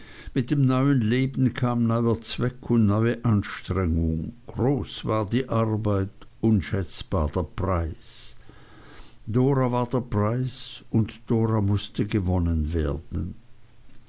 mit dem neuen leben kam neuer zweck und neue anstrengung groß war die arbeit unschätzbar der preis dora war der preis und dora mußte gewonnen werden